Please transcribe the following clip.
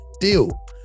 deal